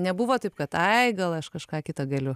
nebuvo taip kad ai gal aš kažką kita galiu